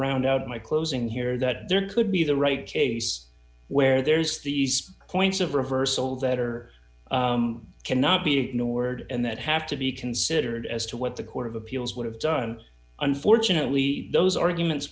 round out my closing here that there could be the right case where there's these points of reversal that are cannot be ignored and that have to be considered as to what the court of appeals would have done unfortunately those arguments